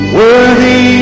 worthy